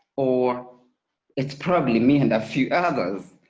or it's probably me and a few others,